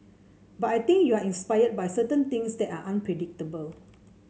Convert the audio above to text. but I think you are inspired by certain things that are unpredictable